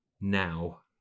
Now